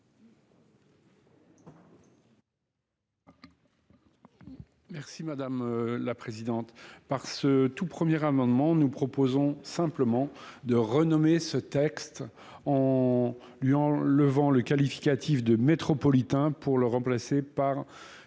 madame la présidente pour ce tout premier amendement nous proposons de renommer ce texte en lui enlevant le qualificatif de métropolitain pour le remplacer par